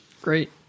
great